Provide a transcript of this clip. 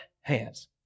hands